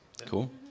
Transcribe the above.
Cool